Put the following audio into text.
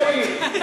בניגוד לראש העיר.